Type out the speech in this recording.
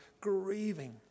grieving